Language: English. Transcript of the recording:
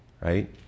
Right